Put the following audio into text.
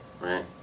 right